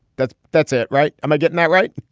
that's that's it. right. am i getting that right?